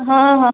हाँ हाँ